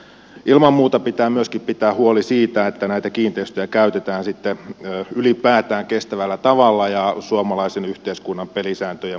ilman muuta pitää myöskin pitää huoli siitä että näitä kiinteistöjä käytetään sitten ylipäätään kestävällä tavalla ja suomalaisen yhteiskunnan pelisääntöjen mukaisesti